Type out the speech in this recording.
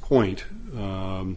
point there